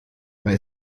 bei